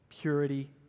purity